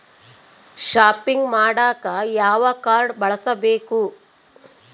Shopping ಮಾಡಾಕ ಯಾವ card ಬಳಸಬೇಕು?